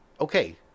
okay